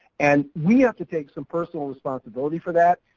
and we have to take some personal responsibility for that.